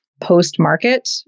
post-market